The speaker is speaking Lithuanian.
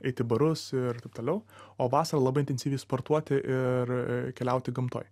eit į barus ir taip toliau o vasarą labai intensyviai sportuoti ir keliauti gamtoj